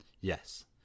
Yes